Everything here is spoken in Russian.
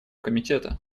комитета